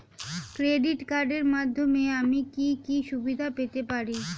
Credit কার্ডের মাধ্যমে আমি কি কি সুবিধা পেতে পারি?